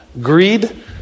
greed